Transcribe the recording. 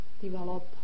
develop